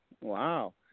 wow